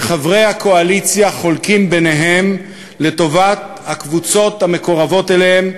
שחברי הקואליציה חולקים ביניהם לטובת הקבוצות המקורבות אליהם.